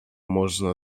można